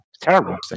Terrible